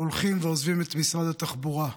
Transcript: הולכים ועוזבים את משרד התחבורה.